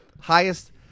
highest